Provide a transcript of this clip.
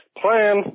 plan